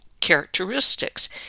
characteristics